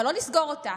אבל לא לסגור אותה,